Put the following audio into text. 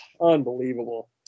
Unbelievable